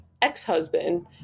ex-husband